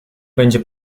będzie